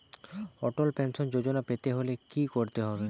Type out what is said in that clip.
অটল pension যোজনা পেতে হলে কি করতে হবে?